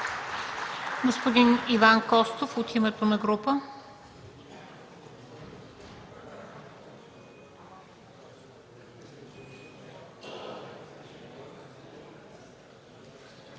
Господин Иван Костов – от името на група.